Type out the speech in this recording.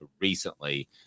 recently